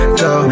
go